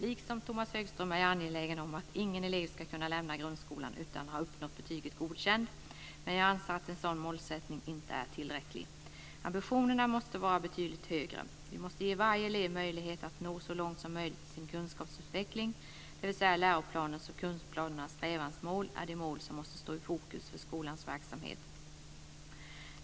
Liksom Tomas Högström är jag angelägen om att ingen elev ska kunna lämna grundskolan utan att ha uppnått betyget Godkänd, men jag anser att en sådan målsättning inte är tillräcklig. Ambitionerna måste vara betydligt högre. Vi måste ge varje elev möjlighet att nå så långt som möjligt i deras kunskapsutveckling, dvs. att läroplanens och kursplanernas strävansmål är de mål som måste stå i fokus för skolans verksamhet.